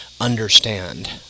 understand